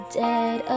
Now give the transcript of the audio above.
dead